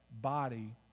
body